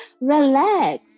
Relax